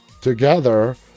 together